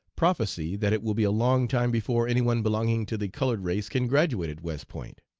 prophesy that it will be a long time before any one belonging to the colored race can graduate at west point?